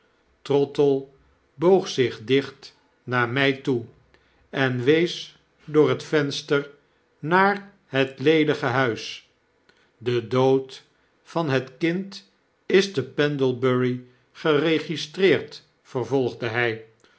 trottle boog zich dicht naar mij toe en wees door het venster naar het ledige huis de dood van het kind is te pendlebnry geregistreerd vervolgde hij